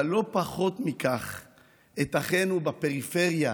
אבל לא פחות מכך את אחינו בפריפריה,